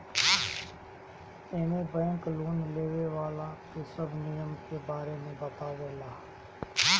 एमे bank loan लेवे वाला के सब नियम के बारे में बतावे ला